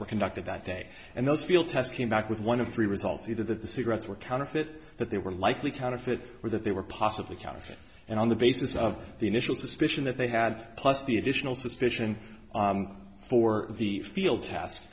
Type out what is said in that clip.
were conducted that day and those field tests came back with one of three results either that the cigarettes were counterfeit that they were likely counterfeit or that they were possibly counterfeit and on the basis of the initial suspicion that they had plus the additional suspicion for the field t